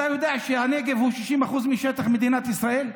אתה יודע שהנגב הוא 60% משטח מדינת ישראל?